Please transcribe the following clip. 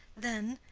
then,